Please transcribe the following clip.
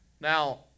Now